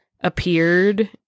appeared